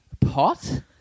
pot